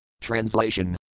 Translation